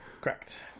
Correct